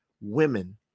Women